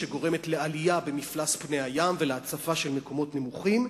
שגורמת לעלייה במפלס פני הים ולהצפה של מקומות נמוכים,